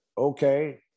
okay